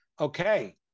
Okay